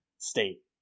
state